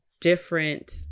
different